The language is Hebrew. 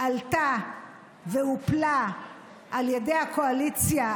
עלתה והופלה על ידי הקואליציה,